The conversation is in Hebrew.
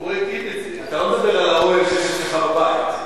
אתה לא מדבר על האוהל שיש אצלך בבית.